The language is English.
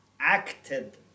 acted